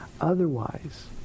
Otherwise